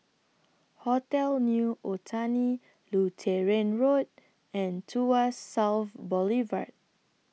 Hotel New Otani Lutheran Road and Tuas South Boulevard